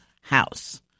house